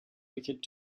picket